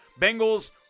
Bengals